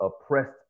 oppressed